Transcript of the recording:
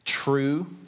true